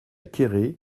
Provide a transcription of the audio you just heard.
quéré